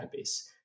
database